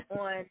on